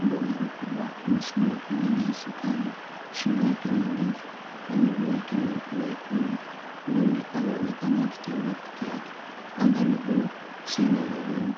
Mbuni mkubwa amesimama kwenye nyasi kavu. Shingo yake ni ndefu na miguu yake ni myekundu. Mbuni anaonekana akitembea peke yake. Anga ni bluu isiyo na mawingu.